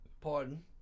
pardon